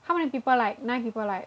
how many people like nine people like